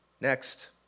Next